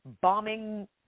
bombing